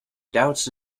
doubts